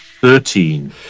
Thirteen